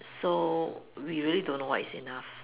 so we really don't know what is enough